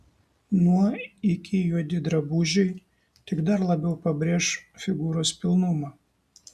nuo iki juodi drabužiai tik dar labiau pabrėš figūros pilnumą